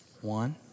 One